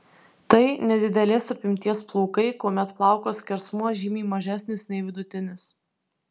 tai nedidelės apimties plaukai kuomet plauko skersmuo žymiai mažesnis nei vidutinis